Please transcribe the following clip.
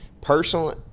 Personally